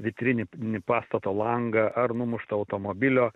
vitrininį pastato langą ar numuštą automobilio